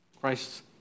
Christ